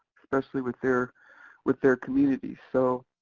especially with their with their communities so